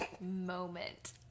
moment